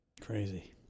Crazy